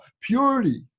purity